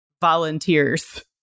volunteers